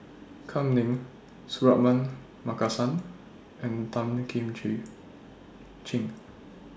Kam Ning Suratman Markasan and Tan Kim Ching